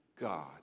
God